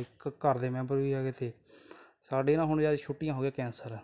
ਇੱਕ ਘਰ ਦੇ ਮੈਂਬਰ ਵੀ ਹੈਗੇ ਤੇ ਸਾਡੇ ਨਾ ਹੁਣ ਯਾਰ ਛੁੱਟੀਆਂ ਹੋਗੀਆ ਕੈਂਸਲ